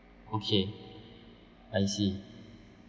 okay I see